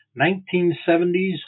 1970s